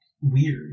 weird